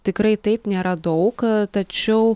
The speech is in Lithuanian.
tikrai taip nėra daug tačiau